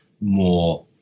more